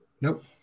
nope